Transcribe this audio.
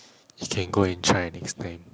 you can go and try next time